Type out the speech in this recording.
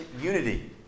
unity